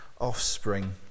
offspring